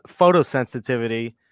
photosensitivity